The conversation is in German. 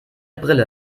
brille